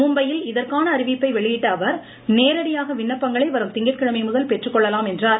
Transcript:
மும்பையில் இதற்கான அறிவிப்பை வெளியிட்ட அவர் நேரடியாக விண்ணப்பங்களை வரும் திங்கட்கிழமை முதல் பெற்றுக்கொள்ளலாம் என்றார்